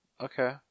okay